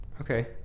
Okay